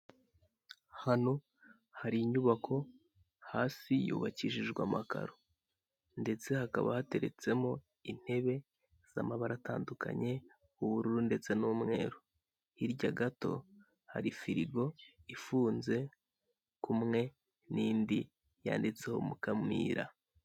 Hano hari inyubako hasi yubakishijwe amakaro ndetse hakaba hateretsemo intebe z'amabara atandukanye ubururu ndetse n'umweru hirya gato hari firigo ifunze kumwe n'indi yanditseho Mukamira.